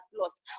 lost